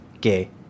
gay